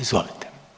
Izvolite.